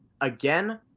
Again